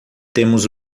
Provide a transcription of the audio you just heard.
temos